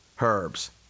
Herbs